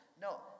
No